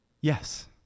Yes